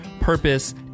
purpose